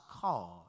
called